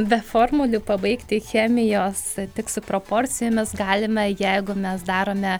be formulių pabaigti chemijos tik su proporcijomis galime jeigu mes darome